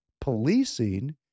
policing